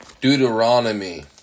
Deuteronomy